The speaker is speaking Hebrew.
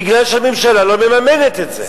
בגלל שהממשלה לא מממנת את זה.